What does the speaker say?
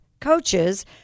coaches